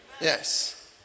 Yes